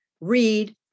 read